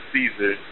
Caesar